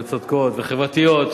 והן צודקות וחברתיות,